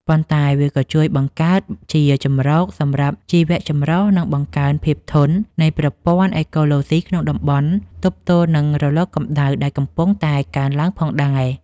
ប៉ុន្តែវាក៏ជួយបង្កើតជាជម្រកសម្រាប់ជីវចម្រុះ និងបង្កើនភាពធន់នៃប្រព័ន្ធអេកូឡូស៊ីក្នុងតំបន់ទប់ទល់នឹងរលកកម្ដៅដែលកំពុងតែកើនឡើងផងដែរ។